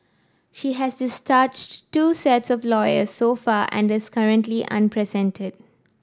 she has discharged two sets of lawyers so far and is currently unrepresented